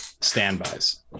Standbys